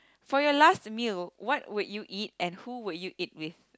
for your last meal what would you eat and who would you eat with